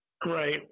Great